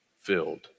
filled